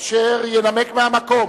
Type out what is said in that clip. אשר ינמק מהמקום